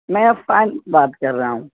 میں عفان بات کر رہا ہوں